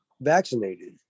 vaccinated